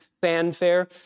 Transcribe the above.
fanfare